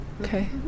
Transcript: Okay